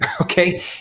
Okay